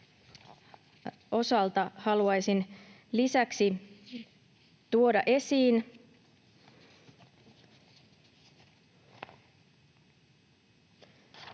osalta haluaisin lisäksi tuoda esiin,